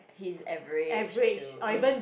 his average up to mm